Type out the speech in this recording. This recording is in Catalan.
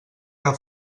que